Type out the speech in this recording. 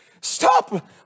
stop